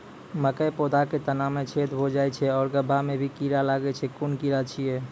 मकयक पौधा के तना मे छेद भो जायत छै आर गभ्भा मे भी कीड़ा लागतै छै कून कीड़ा छियै?